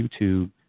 YouTube